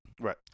Right